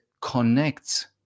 connects